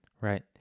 right